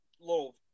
little